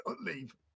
Leave